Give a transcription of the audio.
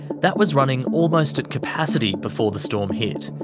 that was running almost at capacity before the storm hit,